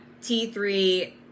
T3